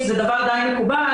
שזה דבר די מקובל,